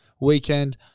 weekend